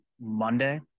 monday